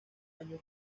año